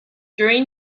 during